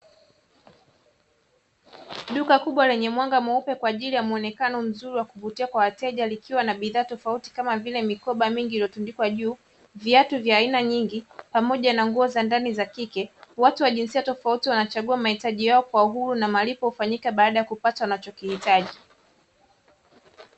Duka kubwa lenye mwanga mweupe kwa ajili ya muonekano mzuri wa kuvutia kwa wateja likiwa na bidhaa tofauti kama vile mikoba mingi iliyotundikwa juu, viatu vya aina nyingi pamoja na nguo za ndani za kike. Watu wa jinsia tofauti wanachagua mahitaji yao kwa uhuru na malipo hufanyika baada ya kupata unachokihitaji .